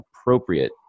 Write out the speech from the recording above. appropriate